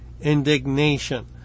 indignation